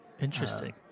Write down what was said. interesting